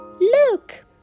Look